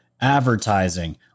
advertising